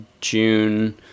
June